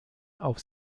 auf